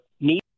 Need